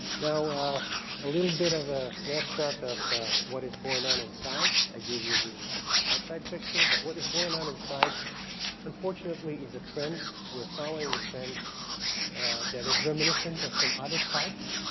now a little bit of a snapshot of what is going on inside. i give you the outside picture, but what is going on inside unfortunately is a trend. we're following a trend that is reminiscent of some other parts